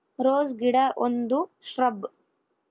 rose ಗಿಡ ಒಂದು shrub